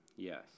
Yes